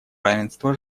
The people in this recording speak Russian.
равенства